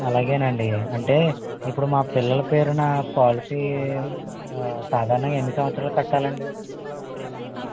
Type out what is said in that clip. అలాగే అండి అంటే ఇప్పుడు మా పిల్లల పేరునా పాలసీ సాధారణంగా ఎన్ని సంవత్సరాలు కట్టాలి అండి